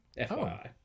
fyi